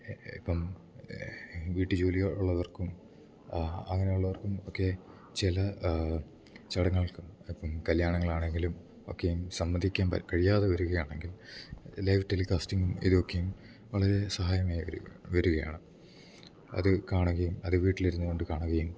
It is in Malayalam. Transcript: ഇപ്പം വീട്ടു ജോലിയോ ഉള്ളവർക്കും അങ്ങനെ ഉള്ളവർക്കും ഒക്കെ ചില ചടങ്ങുകൾക്കും ഇപ്പം കല്യാണങ്ങളാണെങ്കിലും ഒക്കെയും സംബന്ധിക്കാൻ കഴിയാതെ വരികയാണെങ്കില് ലൈവ് ടെലികാസ്റ്റിങ്ങും ഇതും ഒക്കെയും വളരെ സഹായമായി വരികയാണ് അത് കാണുകയും അത് വീട്ടിൽ ഇരുന്നു കൊണ്ട് കാണുകയും